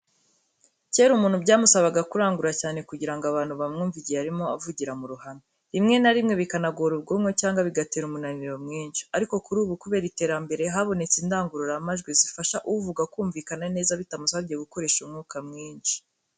Kera umuntu byamusabaga kurangurura cyane kugira ngo abantu bamwumve igihe arimo avugira mu ruhame, rimwe na rimwe bikanagora ubwonko cyangwa bigatera umunaniro mwinshi. Ariko kuri ubu, kubera iterambere, habonetse indangururamajwi zifasha uvuga kumvikana neza bitamusabye gukoresha umwuka mwinshi.